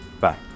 bye